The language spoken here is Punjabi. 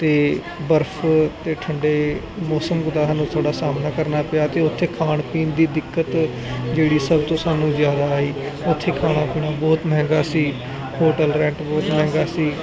ਤੇ ਬਰਫ ਤੇ ਠੰਡੇ ਮੌਸਮ ਦਾ ਸਾਨੂੰ ਥੋੜਾ ਸਾਹਮਨਾ ਕਰਨਾ ਪਿਆ ਤੇ ਉੱਥੇ ਖਾਣ ਪੀਣ ਦੀ ਦਿੱਕਤ ਜਿਹੜੀ ਸਭ ਤੋਂ ਸਾਨੂੰ ਜਿਆਦਾ ਆਈ ਉੱਥੇ ਖਾਣਾ ਪੀਣਾ ਬਹੁਤ ਮਹਿੰਗਾ ਸੀ ਹੋਟਲ ਰੈਂਟ ਬਹੁਤ ਮਹਿੰਗਾ ਸੀ